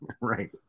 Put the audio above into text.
Right